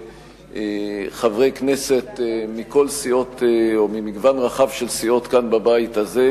חברי כנסת ממגוון רחב של סיעות בבית הזה,